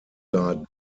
guard